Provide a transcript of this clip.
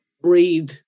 breathe